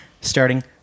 starting